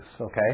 Okay